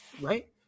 right